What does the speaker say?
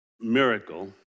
miracle